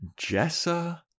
Jessa